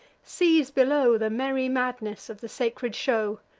sees below the merry madness of the sacred show.